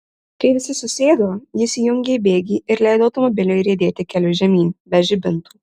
kai visi susėdo jis įjungė bėgį ir leido automobiliui riedėti keliu žemyn be žibintų